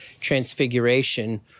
transfiguration